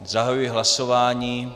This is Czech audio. Zahajuji hlasování.